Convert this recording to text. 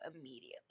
immediately